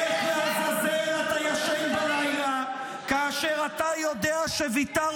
איך לעזאזל אתה ישן בלילה כאשר אתה יודע שוויתרת